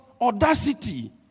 audacity